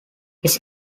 his